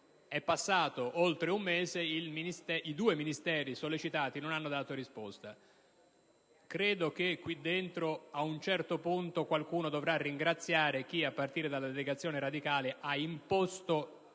È passato oltre un mese e i due Ministeri sollecitati non hanno dato risposta. Credo che qui dentro qualcuno dovrà ringraziare chi, a partire dalla delegazione radicale, ha imposto